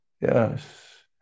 Yes